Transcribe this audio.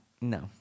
No